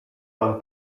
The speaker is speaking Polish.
mam